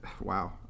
Wow